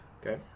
Okay